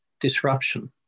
disruption